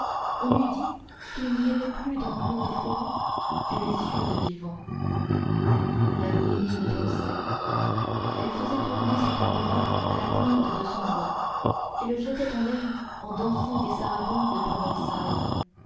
on eût dit qu'il n'y avait plus dans claude frollo que les yeux de vivant la bohémienne dansait elle faisait tourner son tambourin à la pointe de son doigt et le jetait en l'air en dansant des sarabandes provençales